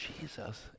Jesus